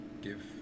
give